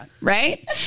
right